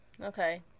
Okay